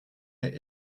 est